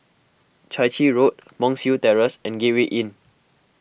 Chai Chee Road Monk's Hill Terrace and Gateway Inn